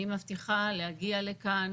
אני מבטיחה להגיע לכאן,